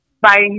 Bye